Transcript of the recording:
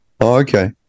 Okay